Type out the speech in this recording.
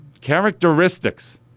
characteristics